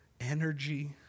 energy